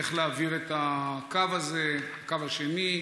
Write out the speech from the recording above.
איך להעביר את הקו הזה, הקו השני.